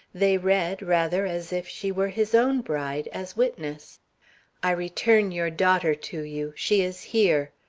they read, rather, as if she were his own bride, as witness i return your daughter to you. she is here.